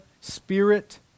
spirit